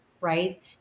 right